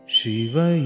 Shiva